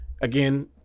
again